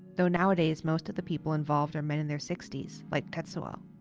though nowadays most of the people involved are men in their sixty s, like tetsuo